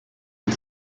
and